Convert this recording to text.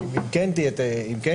אם כן תהיה עבירה.